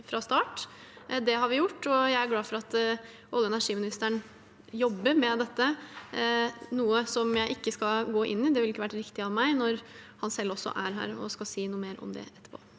Det har vi gjort, og jeg er glad for at olje- og energiministeren jobber med dette. Det er noe jeg ikke skal gå inn i, for det ville ikke vært riktig av meg når han selv også er her og skal si mer om det etterpå.